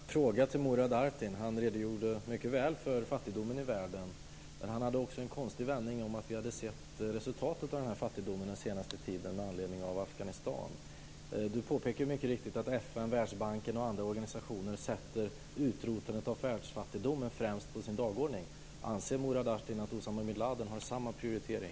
Fru talman! Jag har en fråga till Murad Artin. Han redogjorde mycket väl för fattigdomen i världen. Men han sade också något konstigt om att vi hade sett resultatet av denna fattigdom under den senaste tiden med anledning av händelserna i Afghanistan. Murad Artin påpekade mycket riktigt att FN, Världsbanken och andra organisationer sätter utrotandet av världsfattigdomen främst på sin dagordning. Anser Murad Artin att Usama bin Ladin har samma prioritering?